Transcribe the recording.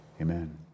amen